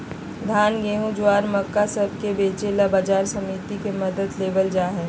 धान, गेहूं, ज्वार, मक्का और सब के बेचे ला बाजार समिति के मदद लेवल जाहई